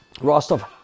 Rostov